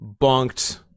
bonked